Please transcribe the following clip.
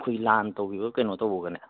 ꯑꯩꯈꯣꯏꯒꯤ ꯂꯥꯟ ꯇꯧꯒꯤꯕ ꯀꯩꯅꯣ ꯇꯧꯕꯒꯅꯦ